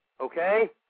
Okay